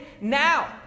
now